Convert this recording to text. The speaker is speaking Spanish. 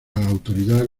autoridad